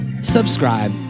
subscribe